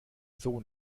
sohn